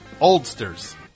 oldsters